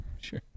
Sure